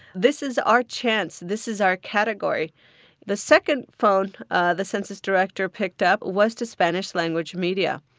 this is our chance. this is our category the second phone ah the census director picked up was to spanish-language media.